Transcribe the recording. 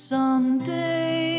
Someday